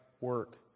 work